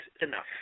enough